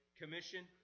commission